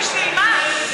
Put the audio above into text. בשביל מה?